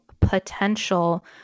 potential